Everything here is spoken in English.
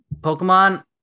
Pokemon